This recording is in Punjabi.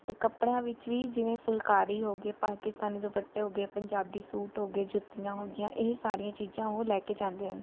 ਅਤੇ ਕੱਪੜਿਆਂ ਵਿੱਚ ਵੀ ਜਿਵੇਂ ਫੁਲਕਾਰੀ ਹੋ ਗਏ ਪਾਕਿਸਤਾਨੀ ਦੁਪੱਟੇ ਹੋ ਗਏ ਪੰਜਾਬੀ ਸੂਟ ਹੋ ਗਏ ਜੁੱਤੀਆਂ ਹੋ ਗਈਆਂ ਇਹ ਸਾਰੀਆਂ ਚੀਜ਼ਾਂ ਉਹ ਲੈ ਕੇ ਜਾਂਦੇ ਹਨ